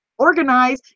organize